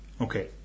Okay